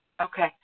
Okay